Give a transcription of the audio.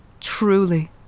Truly